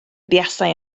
buasai